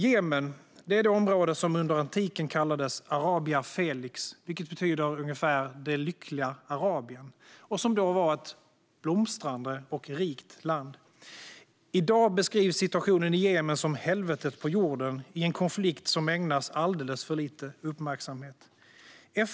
Jemen är det område som under antiken kallades Arabia felix, ungefär "det lyckliga Arabien", och som då var ett blomstrande och rikt land. I dag beskrivs situationen i Jemen som helvetet på jorden i en konflikt som ägnas alldeles för lite uppmärksamhet.